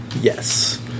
Yes